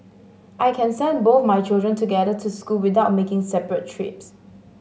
I can send both my children together to school without making separate trips